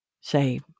say